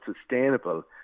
sustainable